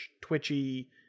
twitchy